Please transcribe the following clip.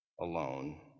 alone